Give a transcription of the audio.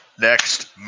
Next